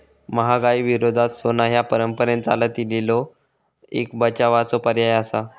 महागाई विरोधात सोना ह्या परंपरेन चालत इलेलो एक बचावाचो पर्याय आसा